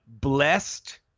Blessed